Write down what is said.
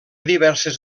diverses